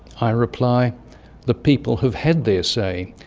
i reply the people have had their say.